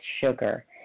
sugar